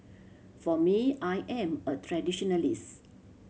for me I am a traditionalist